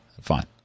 fine